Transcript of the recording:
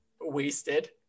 wasted